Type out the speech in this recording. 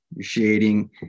shading